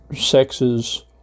sexes